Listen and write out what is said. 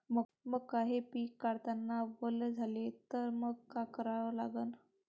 मका हे पिक काढतांना वल झाले तर मंग काय करावं लागन?